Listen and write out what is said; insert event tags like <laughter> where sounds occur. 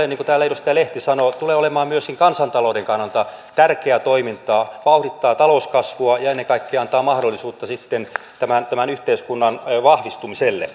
<unintelligible> niin kuin täällä edustaja lehti sanoi tulee olemaan myöskin kansantalouden kannalta tärkeää toimintaa se vauhdittaa talouskasvua ja ennen kaikkea antaa mahdollisuutta sitten tämän tämän yhteiskunnan vahvistumiselle <unintelligible>